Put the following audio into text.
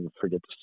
forget